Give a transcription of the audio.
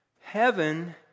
Heaven